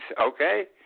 Okay